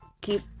keep